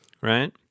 Right